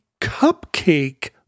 Cupcake